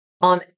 on